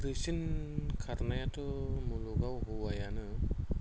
गोख्रैसिन खारनायाथ' मुलुगाव हौवायानो